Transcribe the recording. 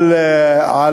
על